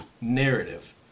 narrative